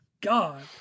God